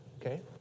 Okay